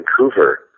Vancouver